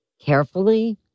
Carefully